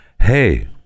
hey